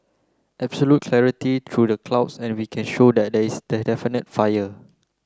absolute clarity through the clouds and we can show that there is definitely a fire